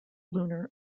lunar